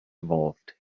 evolved